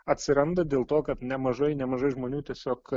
atsiranda dėl to kad nemažai nemažai žmonių tiesiog